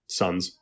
sons